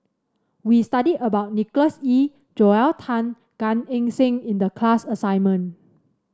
we studied about Nicholas Ee Joel Tan and Gan Eng Seng in the class assignment